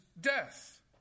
death